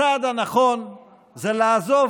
בדיוק משפט סיכום: הצעד הנכון זה לעזוב